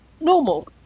normal